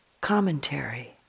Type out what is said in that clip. commentary